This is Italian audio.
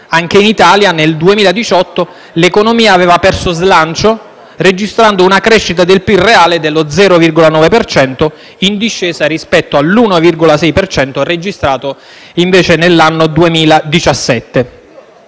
anche in Italia nel 2018 l'economia aveva perso slancio, registrando una crescita del PIL reale dello 0,9 per cento, in discesa rispetto all'1,6 per cento registrato invece nell'anno 2017.